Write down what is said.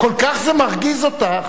כל כך זה מרגיז אותך,